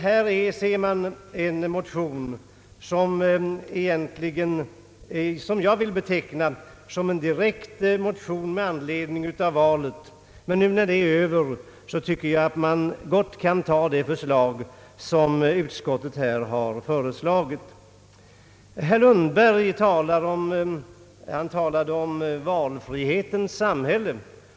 Här är egentligen fråga om motioner som är väckta direkt med anledning av valet, men nu när det är över, tycker jag att riksdagen kan acceptera det förslag som utskottet har framlagt. Herr Lundberg talade om »valfrihetens samhälle».